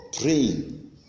praying